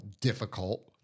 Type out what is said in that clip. difficult